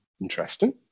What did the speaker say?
Interesting